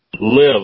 live